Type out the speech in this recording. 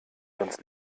ganz